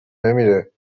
نمیره